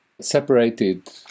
separated